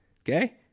okay